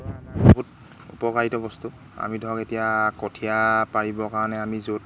বহুত উপকাৰিতা বস্তু আমি ধৰক এতিয়া কঠীয়া পাৰিবৰ কাৰণে আমি য'ত